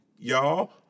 Y'all